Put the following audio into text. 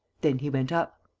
then he went up.